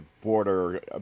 border